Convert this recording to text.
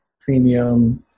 premium